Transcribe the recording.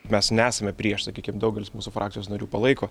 mes nesame prieš sakykim daugelis mūsų frakcijos narių palaiko